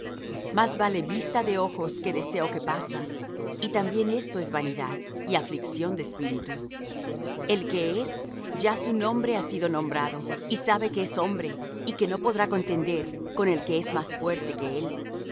más vale vista de ojos que deseo que pasa y también esto es vanidad y aflicción de espíritu el que es ya su nombre ha sido nombrado y se sabe que es hombre y que no podrá contender con el que es más fuerte que él